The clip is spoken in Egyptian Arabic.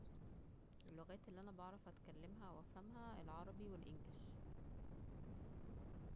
اللغات اللي انا بعرف اتكلمها او افهمها العربي والانجلش